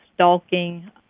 stalking